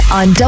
on